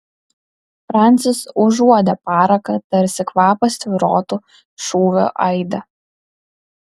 francis užuodė paraką tarsi kvapas tvyrotų šūvio aide